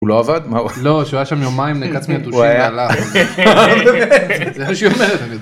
הוא לא עבד? -לא, הוא שהה שם יומיים, נעקץ מיתושים